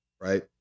right